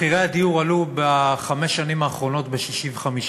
מחירי הדיור עלו בחמש שנים האחרונות ב-65%.